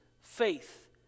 faith